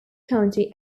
county